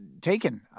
taken